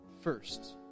first